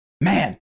man